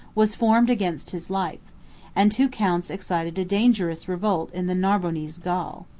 was formed against his life and two counts excited a dangerous revolt in the narbonnese gaul.